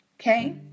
Okay